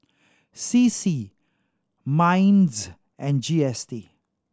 C C MINDS and G S T